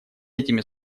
этими